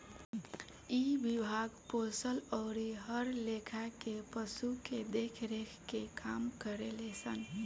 इ विभाग पोसल अउरी हर लेखा के पशु के देख रेख के काम करेलन सन